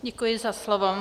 Děkuji za slovo.